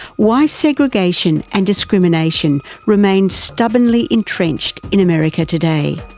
why segregation and discrimination remains stubbornly entrenched in america today.